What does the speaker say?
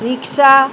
Rikshaw